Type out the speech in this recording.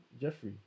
jeffrey